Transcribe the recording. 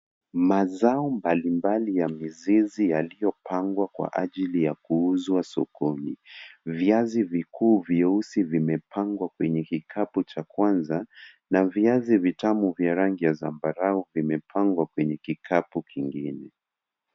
Mazao mbalimbali ya mizizi yaliyopangwa kwa ajili ya kuuzwa sokoni. Viazi vikuu vyeusi vimepangwa kwenye kikapu cha kwanza na viazi vitamu vya rangi ya zambarau vimepangwa kwenye kikapu kingine.